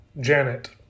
Janet